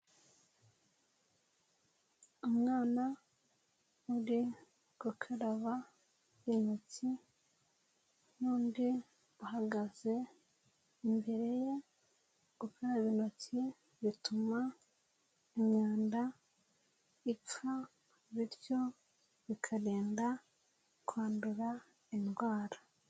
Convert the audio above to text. Umwana uri gukaraba intoki n'undi uhagaze imbere ye, gukaraba intoki bituma imyanda ipfa bityo bikarinda kwandura indwara.